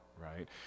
right